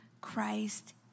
Christ